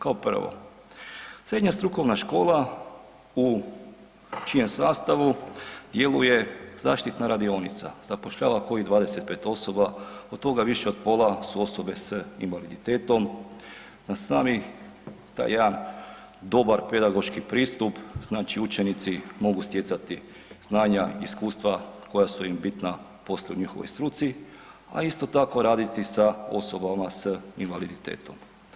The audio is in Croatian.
Kao prvo, srednja strukovna škola u čijem sastavu djeluje zaštitna radionica, zapošljava kojih 25 osoba, od toga više od pola su osobe s invaliditetom, na sami taj jedan dobar pedagoški pristup, znači učenici mogu stjecati znanja i iskustva koja su im bitna poslije u njihovoj struci, a isto tako raditi sa osobama s invaliditetom.